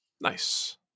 Nice